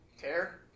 care